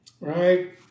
right